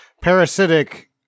parasitic